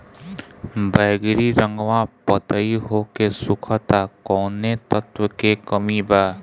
बैगरी रंगवा पतयी होके सुखता कौवने तत्व के कमी बा?